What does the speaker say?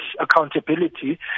accountability